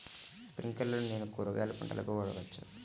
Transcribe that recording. స్ప్రింక్లర్లను నేను కూరగాయల పంటలకు వాడవచ్చా?